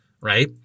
right